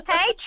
Hey